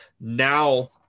Now